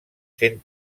sent